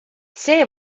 see